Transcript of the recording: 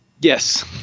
Yes